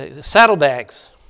saddlebags